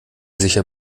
sicher